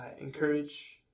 encourage